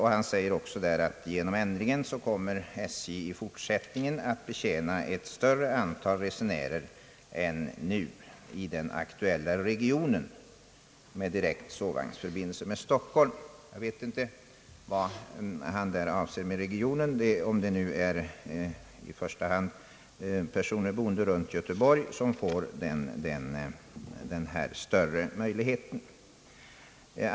Han säger också att SJ genom ändringen i fortsättningen kommer att betjäna ett större antal resenärer än nu i den aktuella regionen med direkt sovvagnsförbindelse med Stockholm. Jag vet inte vad han avser med regionen — om det i första hand är personer boende runt Göteborg som får denna förbättrade transportmöjlighet.